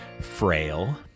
Frail